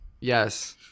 Yes